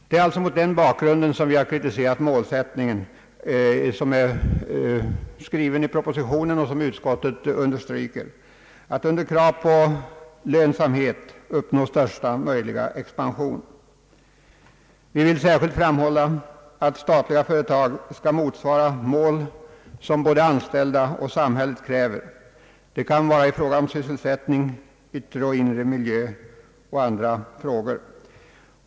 Det är mot den bakgrunden vi har kritiserat målsättningen i propositionen, vilken utskottet understryker, nämligen att under krav på lönsamhet uppnå största möjliga expansion. Vi vill särskilt framhålla att statliga företag skall motsvara de mål som både anställda och samhället kräver. Det kan vara i fråga om sysselsättning, yttre och inre miljö liksom andra frågor.